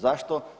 Zašto?